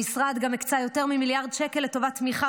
המשרד גם הקצה יותר ממיליארד שקל לטובת תמיכה